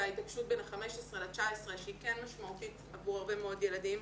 ההתעקשות בין ה-15 ל-19 שהיא כן משמעותית עבור הרבה מאוד ילדים,